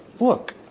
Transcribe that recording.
look,